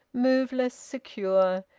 moveless, secure,